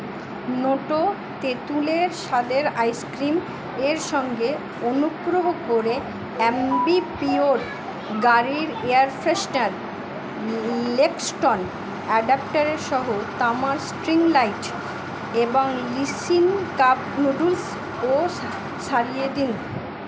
নোটো তেঁতুলের স্বাদের আইসক্রিম এর সঙ্গে অনুগ্রহ করে আ্যম্বিপিয়োর গাড়ির এয়ার ফ্রেশনার লেক্সটন অ্যাডাপ্টারের সহ তামার স্ট্রিং লাইট এবং নিসিন কাপ নুডলস ও সরিয়ে দিন